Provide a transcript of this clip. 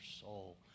soul